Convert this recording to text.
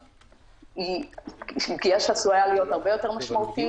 היא פגיעה שעשויה להיות הרבה יותר משמעותית.